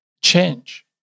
change